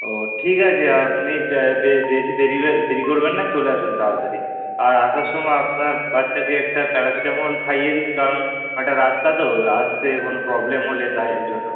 ও ঠিক আছে আপনি বেশি দেরি দেরি করবেন না চলে আসুন তাড়াতাড়ি আর আসার সময় আপনার বাচ্চাকে একটা প্যারাসিটামল খাইয়ে দিন কারণ অনেকটা রাস্তা তো আসতে কোনো প্রবলেম হলে তাই জন্য